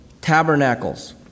tabernacles